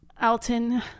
Elton